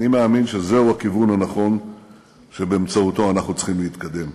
אני מאמין שזהו הכיוון הנכון שבאמצעותו אנחנו צריכים להתקדם.